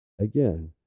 Again